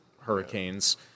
hurricanes